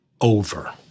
over